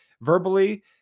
verbally